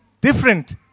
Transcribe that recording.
different